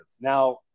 Now